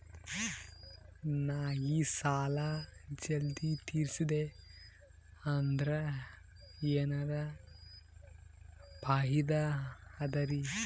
ನಾ ಈ ಸಾಲಾ ಜಲ್ದಿ ತಿರಸ್ದೆ ಅಂದ್ರ ಎನರ ಫಾಯಿದಾ ಅದರಿ?